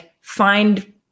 find